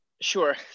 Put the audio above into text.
sure